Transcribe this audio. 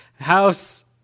House